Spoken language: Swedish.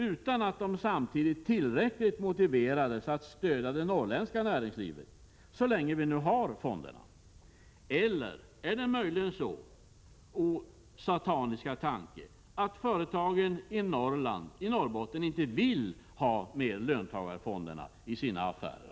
utan att dessa samtidigt är tillräckligt motiverade att stödja det norrländska näringslivet — så länge vi nu har fonderna. Eller är det möjligen så — 0, sataniska tanke! — att företagen i Norrbotten inte vill ha att göra med löntagarfonderna i sina affärer?